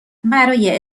برای